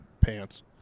pants